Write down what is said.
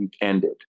ended